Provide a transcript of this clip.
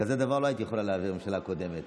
כזה דבר לא היית יכולה להעביר בממשלה הקודמת.